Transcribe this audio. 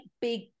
big